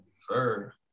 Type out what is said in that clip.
Sir